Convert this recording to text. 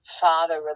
father